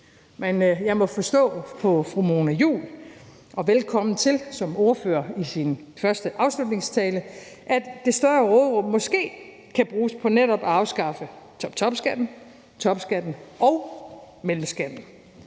men jeg må forstå på fru Mona Juul – og velkommen til som ordfører for første gang til afslutningsdebatten – at det større råderum måske kan bruges på netop at afskaffe toptopskatten, topskatten og mellemskatten.